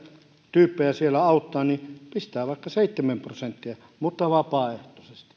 tyyppejä siellä auttaa niin pistää vaikka seitsemän prosenttia mutta vapaaehtoisesti